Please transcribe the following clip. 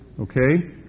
Okay